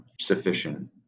sufficient